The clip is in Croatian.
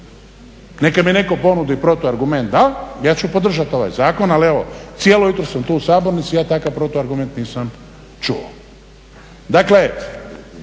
Neka mi netko ponudi protu argument da, ja ću podržati ovaj zakon. Ali evo, cijelo jutro sam tu u sabornici. Ja takav protuargument nisam čuo. Dakle,